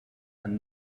and